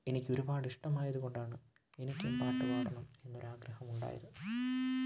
എനിക്ക് ഒരുപാട് ഇഷ്ടമായതുകൊണ്ടാണ് എനിക്കും പാട്ട് പാടണം എന്ന് ഒരു ആഗ്രഹം ഉണ്ടായത്